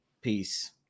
peace